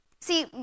See